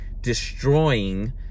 destroying